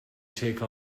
take